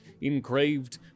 engraved